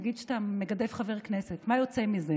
נגיד שאתה מגדף חבר הכנסת, מה יוצא מזה?